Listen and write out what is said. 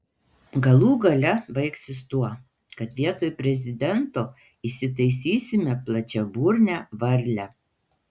galų gale baigsis tuo kad vietoj prezidento įsitaisysime plačiaburnę varlę